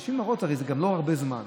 נשים הרות זה גם לא הרבה זמן.